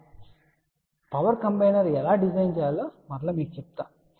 కాబట్టి power combiner ను ఎలా డిజైన్ చేయాలో తరువాత మీకు తెలియజేస్తాము